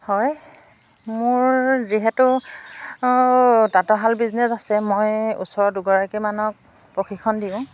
হয় মোৰ যিহেতু তাঁতশাল বিজনেছ আছে মই ওচৰৰ দুগৰাকীমানক প্ৰশিক্ষণ দিওঁ